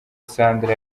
sandra